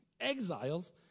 exiles